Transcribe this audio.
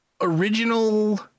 original